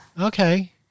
Okay